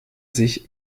sich